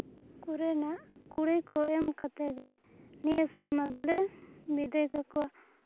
ᱠᱚᱨᱮᱱᱟᱜ ᱠᱩᱲᱟᱹᱭ ᱠᱚ ᱮᱢ ᱠᱟᱛᱮᱫ ᱜᱮ ᱱᱤᱭᱟᱹ ᱥᱮᱨᱢᱟ ᱫᱚᱞᱮ ᱵᱤᱫᱟᱹᱭ ᱠᱟᱠᱚᱣᱟ